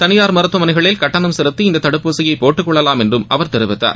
தளியார் மருத்துவமனைகளில் கட்டணம் செலுக்தி இந்த தடுப்பூசியை போட்டுக்கொள்ளலாம் என்றும் அவர் தெரிவித்தார்